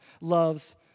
loves